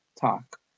talk